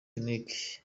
nic